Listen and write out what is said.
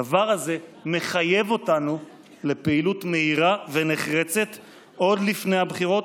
הדבר הזה מחייב אותנו לפעילות מהירה ונחרצת עוד לפני הבחירות,